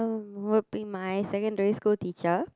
would be my secondary school teacher